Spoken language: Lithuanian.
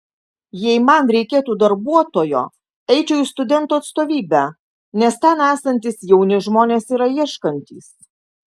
jei man reikėtų darbuotojo eičiau į studentų atstovybę nes ten esantys jauni žmonės yra ieškantys